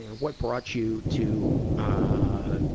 what brought you to, ah,